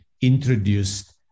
introduced